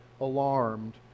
alarmed